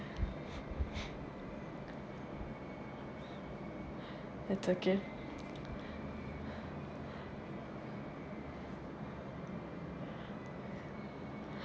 that's okay